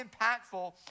impactful